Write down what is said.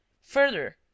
Further